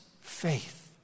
faith